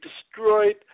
destroyed